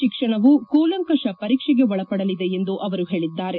ಶಿಕ್ಷಣವು ಕೂಲಂಕಷ ಪರೀಕ್ಷೆಗೆ ಒಳಪಡಲಿದೆ ಎಂದು ಅವರು ಹೇಳಿದ್ದಾರೆ